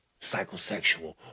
psychosexual